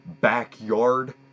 backyard